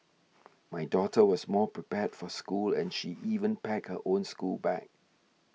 my daughter was more prepared for school and she even packed her own schoolbag